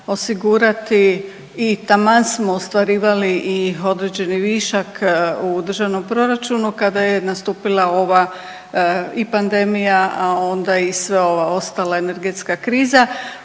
osigurati i taman smo ostvarivali i određeni višak u državnom proračunu kada je nastupila ova i pandemija, a onda i sve ova ostala energetska kriza,